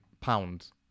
pounds